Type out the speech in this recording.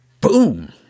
Boom